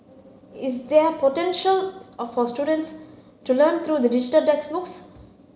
is there potential of our students to learn through digital textbooks